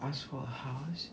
ask for a house